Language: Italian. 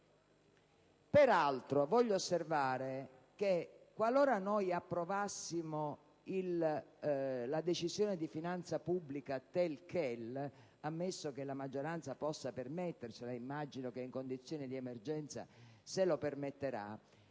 Peraltro, voglio osservare che qualora approvassimo la Decisione di finanza pubblica *telle quelle*, ammesso che la maggioranza possa permetterselo - e immagino che in condizioni d'emergenza se lo permetterà